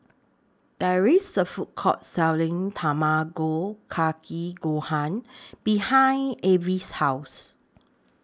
There IS A Food Court Selling Tamago Kake Gohan behind Avis' House